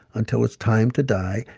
until it's time to die,